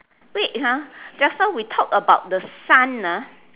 wait ah just now we talk about the sun ah